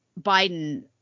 Biden